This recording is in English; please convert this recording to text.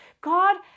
God